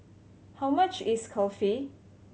how much is Kulfi